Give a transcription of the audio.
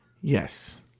Yes